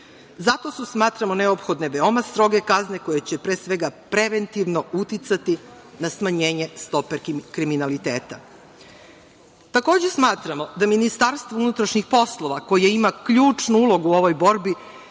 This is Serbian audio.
Zato su, smatramo, neophodne veoma stroge kazne koje će pre svega preventivno uticati na smanjenje stope kriminaliteta. Takođe, smatramo da Ministarstvu unutrašnjih poslova, koje ima ključnu ulogu u ovoj borbi,